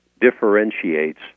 differentiates